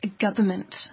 government